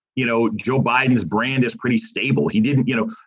you know, joe biden, his brand is pretty stable. he didn't you know,